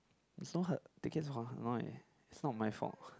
there's no ha~ tickets for hanoi it's not my fault